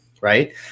right